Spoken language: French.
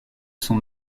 son